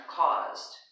caused